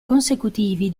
consecutivi